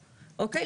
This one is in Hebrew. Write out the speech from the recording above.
אוקיי?